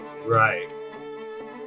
Right